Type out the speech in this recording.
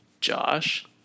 Josh